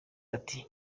ati